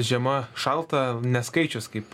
žiema šalta neskaičius kaip